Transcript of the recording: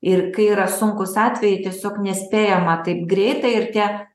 ir kai yra sunkūs atvejai tiesiog nespėjama taip greitai ir tie